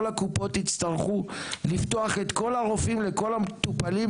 הקופות יצטרכו לפתוח את כל הרופאים לכל המטופלים,